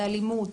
באלימות,